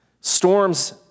Storms